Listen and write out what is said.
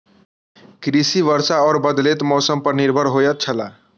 कृषि वर्षा और बदलेत मौसम पर निर्भर होयत छला